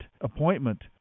appointment